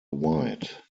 white